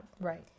Right